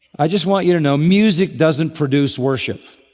i just want you to know music doesn't produce worship.